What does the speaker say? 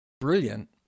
brilliant